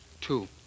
Two